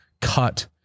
cut